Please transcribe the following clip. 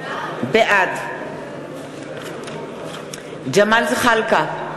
בעד ג'מאל זחאלקה,